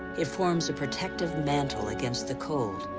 it forms a protective mantle against the cold,